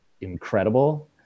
incredible